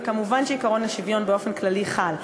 ומובן שעקרון השוויון באופן כללי חל.